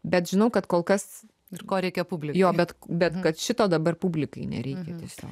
bet žinau kad kol kas ir ko reikia publikai jo bet bet kad šito dabar publikai nereikia tiesiog